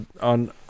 on